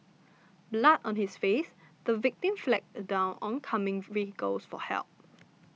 blood on his face the victim flagged down oncoming vehicles for help